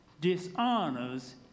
dishonors